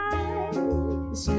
eyes